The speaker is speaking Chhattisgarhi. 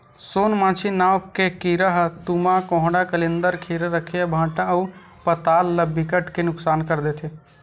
सोन मांछी नांव के कीरा ह तुमा, कोहड़ा, कलिंदर, खीरा, रखिया, भांटा अउ पताल ल बिकट के नुकसान कर देथे